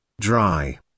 dry